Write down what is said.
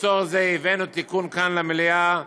ולצורך זה הבאנו תיקון כאן, למליאה.